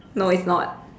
no it's not